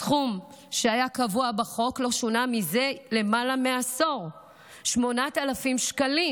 הסכום שהיה קבוע בחוק לא שונה זה למעלה מעשור 8,000 שקלים.